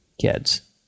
kids